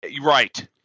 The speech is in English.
Right